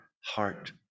heart